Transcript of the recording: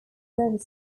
line